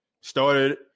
started